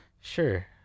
Sure